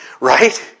Right